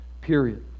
period